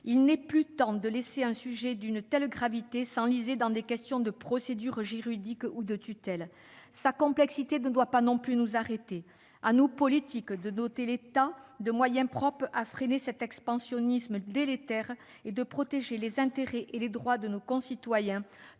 Il n'est plus temps de laisser un sujet d'une telle gravité s'enliser dans des questions de procédure juridique ou de tutelle. Sa complexité ne doit pas non plus nous arrêter. C'est à nous, hommes et femmes politiques, de doter l'État de moyens propres à freiner cet expansionnisme délétère et de protéger les intérêts et les droits de nos concitoyens,